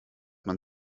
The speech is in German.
man